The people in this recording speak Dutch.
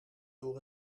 door